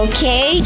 Okay